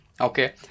Okay